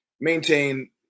maintain